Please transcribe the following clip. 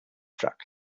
truck